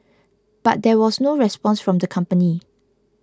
but there was no response from the company